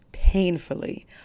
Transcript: painfully